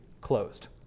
closed